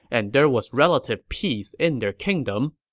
and there was relative peace in their kingdom.